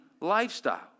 lifestyle